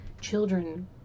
children